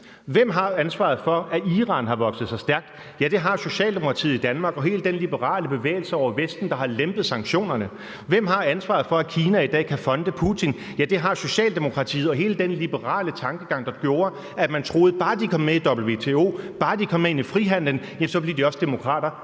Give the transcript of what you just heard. Hvem har ansvaret for, at Iran har vokset sig stærkt? Det har Socialdemokratiet i Danmark og hele den liberale bevægelse i Vesten, der har lempet sanktionerne. Hvem har ansvaret for, at Kina i dag kan funde Putin? Det har Socialdemokratiet og hele den liberale tankegang, der gjorde, at man troede, at bare de kom med i WTO, bare de kom med ind i frihandelen, så blev de også demokrater.